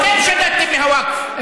אתם שדדתם מהווקף,